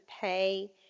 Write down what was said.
pay